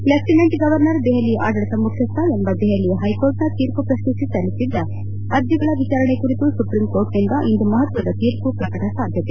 lieutenant governor ದೆಹಲಿಯ ಆಡಳಿತ ಮುಖ್ಚಸ್ಥ ಎಂಬ ದೆಹಲಿಯ ಹೈಕೋರ್ಟ್ನ ತೀರ್ಮ ಪ್ರಶ್ನಿಸಿ ಸಲ್ಲಿಸಿದ್ದ ಅರ್ಜಿಗಳ ವಿಚಾರಣೆ ಕುರಿತು ಸುಪ್ರೀಂಕೋರ್ಟ್ನಿಂದ ಇಂದು ಮಹತ್ವದ ತೀರ್ಮ ಪ್ರಕಟ ಸಾಧ್ಯತೆ